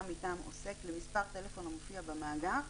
מטעם עוסק למספר טלפון המופיע במאגר,